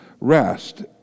rest